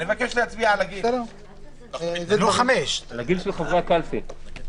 אני מבקש להצביע על ההסתייגות לגבי הגיל של חברי ועדת הקלפי.